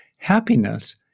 Happiness